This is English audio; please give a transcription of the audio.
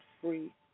free